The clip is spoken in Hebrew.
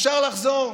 אפשר לחזור,